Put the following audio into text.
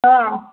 हां